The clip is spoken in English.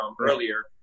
earlier